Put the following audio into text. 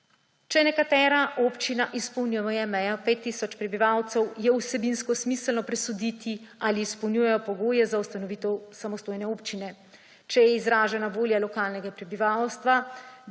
»Če nekatera občina izpolnjuje mejo 5 tisoč prebivalcev, je vsebinsko smiselno presoditi, ali izpolnjujejo pogoje za ustanovitev samostojne občine. Če je izražena volja lokalnega prebivalstva,